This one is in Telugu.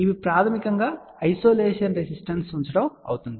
ఇవి ప్రాథమికంగా ఐసోలేషన్ రెసిస్టెన్స్ ఉంచడం అవుతుంది